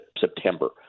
September